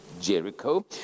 Jericho